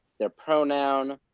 their pronoun,